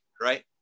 right